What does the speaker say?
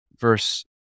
verse